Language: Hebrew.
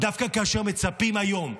דווקא כאשר מצפים היום,